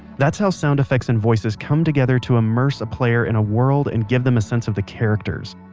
that's how sound effects and voices come together to immerse a player in a world and give them a sense of the characters,